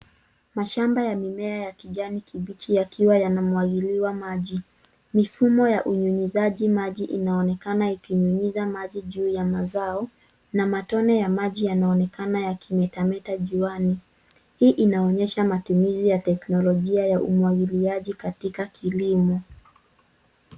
Mashamba ya mimea ya kijani kibichi yakiwa yanamwagiliwa maji. Mifumo ya unyunyizaji maji inaoneana ikinyunyiza maji juu ya mazao na matone ya maji yanaonekana yakimetameta juani. Hii inaonyesha matumizi ya teknolojia ya umwagiliaji katika kilimo.